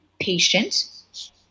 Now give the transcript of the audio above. patient